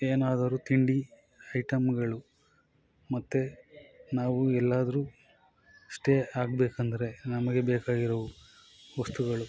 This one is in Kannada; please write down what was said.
ಏನಾದರೂ ತಿಂಡಿ ಐಟಮ್ಗಳು ಮತ್ತೆ ನಾವು ಎಲ್ಲಾದರೂ ಸ್ಟೇ ಆಗ್ಬೇಕೆಂದ್ರೆ ನಮಗೆ ಬೇಕಾಗಿರೋ ವಸ್ತುಗಳು